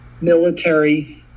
military